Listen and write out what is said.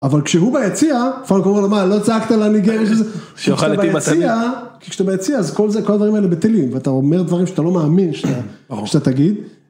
אבל כשהוא ביציע, פעם קודם כל הוא אמר, לא צעקת לה, אני גאה בשביל זה, כשאתה ביציע, כי כשאתה ביציע, אז כל זה, כל הדברים האלה בטילים, ואתה אומר דברים שאתה לא מאמין שאתה תגיד.